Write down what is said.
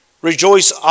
Rejoice